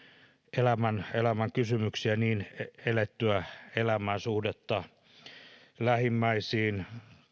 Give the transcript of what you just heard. elämän elämän kysymyksiä elettyä elämää suhdetta lähimmäisiin